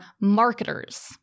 marketers